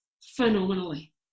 phenomenally